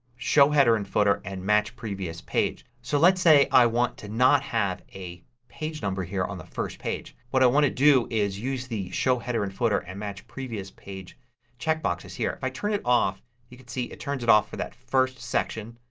show header and footer and match previous page. so let's say i want to not have a page number here on the first page. what i want to do is use the show header and footer and match previous page checkboxes here. if i turn it off you can see it turns it off for that first section.